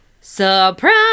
Surprise